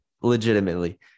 legitimately